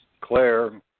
Claire